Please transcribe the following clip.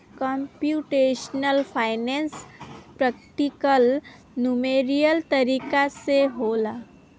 computational finance practical numerical तरीका से होला